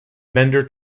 bender